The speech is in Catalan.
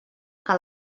que